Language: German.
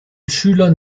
schülern